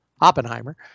Oppenheimer